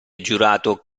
giurato